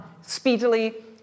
speedily